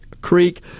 Creek